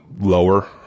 lower